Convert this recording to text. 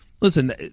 listen